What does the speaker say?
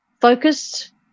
focused